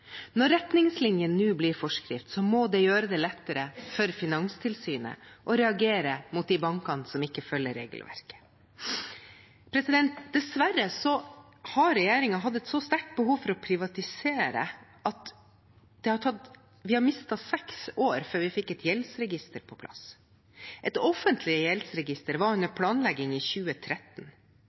Når retningslinjene nå blir forskrift, må det gjøre det lettere for Finanstilsynet å reagere mot de bankene som ikke følger regelverket. Dessverre har regjeringen hatt et så sterkt behov for å privatisere at vi har mistet seks år før vi fikk et gjeldsregister på plass. Et offentlig gjeldsregister var under planlegging i 2013.